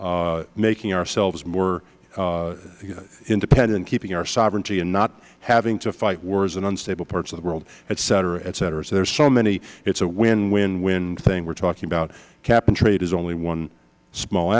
here making ourselves more independent keeping our sovereignty not having to fight wars in unstable parts of the world et cetera et cetera so there are so many it's a win win win thing we're talking about cap and trade is only one small